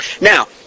Now